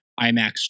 IMAX